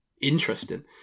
interesting